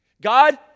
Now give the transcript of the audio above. God